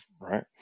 right